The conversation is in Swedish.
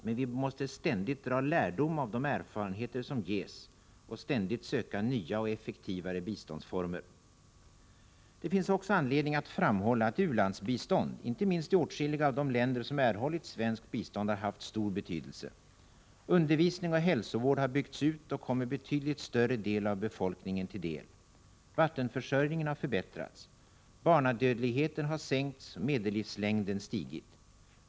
Men vi måste ständigt dra lärdom av de erfarenheter som ges och ständigt söka nya och effektivare biståndsformer. Det finns också anledning att framhålla att u-landsbistånd, inte minst i åtskilliga av de länder som erhållit svenskt bistånd, haft stor betydelse. Undervisning och hälsovård har byggts ut och kommer betydligt större del av befolkningen till del. Vattenförsörjningen har förbättrats. Barnadödligheten har sänkts och medellivslängden har stigit.